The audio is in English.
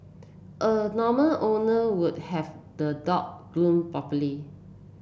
a normal owner would have the dog groom properly